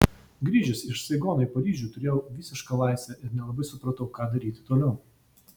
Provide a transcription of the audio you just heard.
grįžęs iš saigono į paryžių turėjau visišką laisvę ir nelabai supratau ką daryti toliau